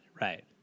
right